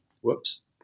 Whoops